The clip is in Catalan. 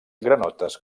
granotes